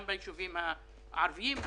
גם בישובים הערביים,